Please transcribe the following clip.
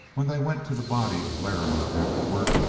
when they went to the body of larrimer afterward,